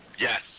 Yes